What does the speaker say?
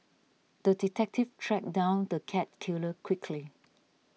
the detective tracked down the cat killer quickly